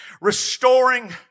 restoring